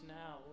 now